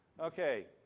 Okay